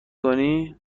کنی